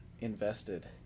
invested